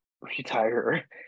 retire